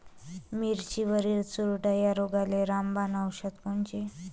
मिरचीवरील चुरडा या रोगाले रामबाण औषध कोनचे?